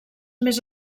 més